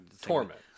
Torment